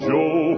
Joe